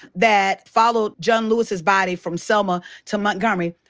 that followed john lewis's body from selma to montgomery.